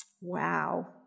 Wow